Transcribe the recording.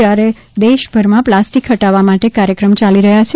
અને દેશ ભરમાં પ્લાસ્ટીક ફટાવવા માટે કાર્યક્રમ ચાલી રહ્યાં છે